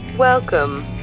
Welcome